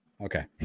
okay